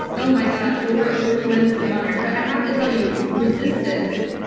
oh my gosh. well, we're we're tremendously honored. but i have to tell you, resistance,